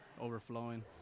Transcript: overflowing